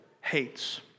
hates